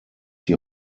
sie